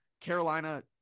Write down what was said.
Carolina